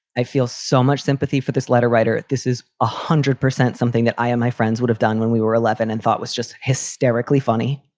i feel so much sympathy for this letter writer. this is a hundred percent something that i am my friends would have done when we were eleven and thought was just hysterically funny.